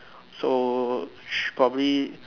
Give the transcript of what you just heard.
so should probably